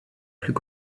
plus